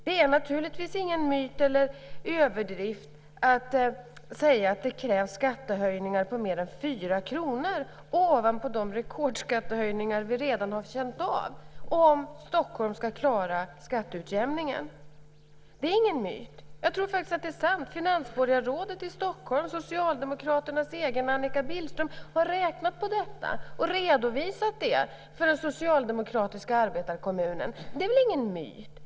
Det är naturligtvis ingen myt eller överdrift att säga att det krävs skattehöjningar på mer än 4 kr, ovanpå de rekordskattehöjningar vi redan har känt av, om Stockholm ska klara skatteutjämningen. Det är ingen myt. Jag tror faktiskt att det är sant. Finansborgarrådet i Stockholm, Socialdemokraternas egen Annika Billström, har räknat på detta och redovisat det för den socialdemokratiska arbetarkommunen. Det är väl ingen myt?